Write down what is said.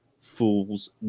fool's